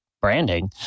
branding